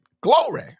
Glory